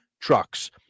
trucks